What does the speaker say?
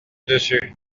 dessus